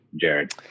Jared